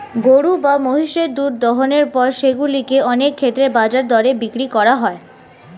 গরু বা মহিষের দুধ দোহনের পর সেগুলো কে অনেক ক্ষেত্রেই বাজার দরে বিক্রি করা হয়